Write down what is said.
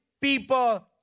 people